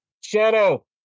Shadow